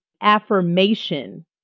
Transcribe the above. affirmation